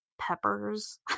peppers